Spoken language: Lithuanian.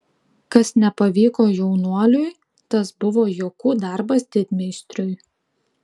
kas nepavyko jaunuoliui tas buvo juokų darbas didmeistriui